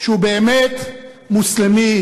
שהוא באמת מוסלמי